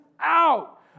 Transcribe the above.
out